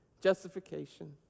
justification